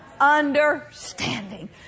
understanding